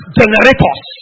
generators